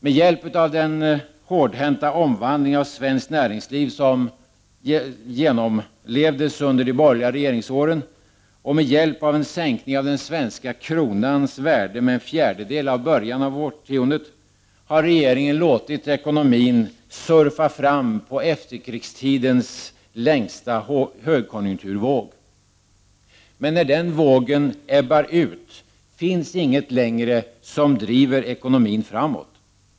Med hjälp av den hårdhänta omvandling av svenskt näringsliv som genomlevdes under de borgerliga regeringsåren och med hjälp av en sänkning av den svenska kronans värde med en fjärdedel i början av årtiondet har regeringen låtit ekonomin surfa fram på efterkrigstidens längsta högkonjunkturvåg. Men när den vågen ebbar ut finns inte längre något som driver ekonomin framåt.